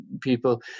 people